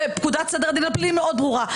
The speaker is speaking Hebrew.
ופקודת סדר הדין הפלילי מאוד ברורה.